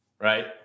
Right